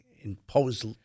imposed